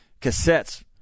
Cassettes